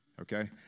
Okay